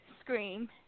scream